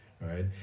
right